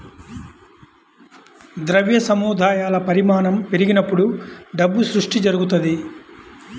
ద్రవ్య సముదాయాల పరిమాణం పెరిగినప్పుడు డబ్బు సృష్టి జరుగుతది